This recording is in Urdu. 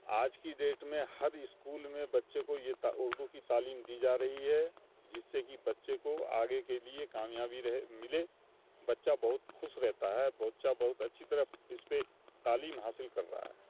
آج کی ڈیٹ میں ہر اسکول میں بچے کو یہ اردو کی تعلیم دی جا رہی ہے جس سے کہ بچے کو آگے کے لیے کامیابی رہے ملے بچہ بہت خوش رہتا ہے بچہ بہت اچھی طرح اس پہ تعلیم حاصل کر رہا ہے